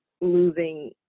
losing